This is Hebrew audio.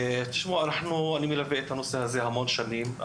תשמעו, אני מלווה את הנושא הזה במשך המון שנים.